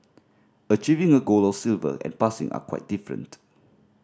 achieving a gold or silver and passing are quite different